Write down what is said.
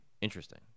interesting